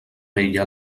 vella